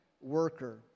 worker